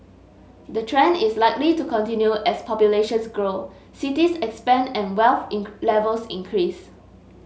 the trend is likely to continue as populations grow cities expand and wealth in levels increase